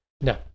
No